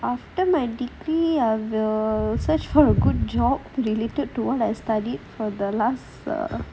after my degree I will search for a good job related to what I studied for the last err